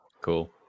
Cool